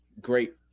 great